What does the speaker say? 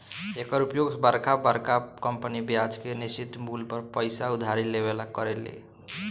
एकर उपयोग बरका बरका कंपनी ब्याज के निश्चित मूल पर पइसा उधारी लेवे ला करेले